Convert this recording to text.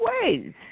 ways